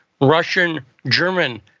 Russian-German